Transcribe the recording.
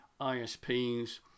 ISPs